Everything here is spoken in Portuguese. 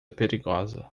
perigosa